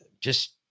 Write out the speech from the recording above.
Just-